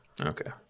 Okay